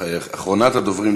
אחרונת הדוברים,